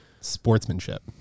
sportsmanship